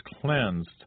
cleansed